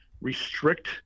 restrict